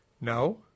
No